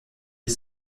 est